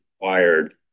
required